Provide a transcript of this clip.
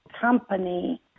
company